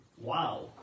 wow